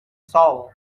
soul